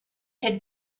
had